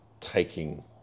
taking